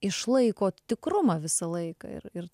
išlaikot tikrumą visą laiką ir ir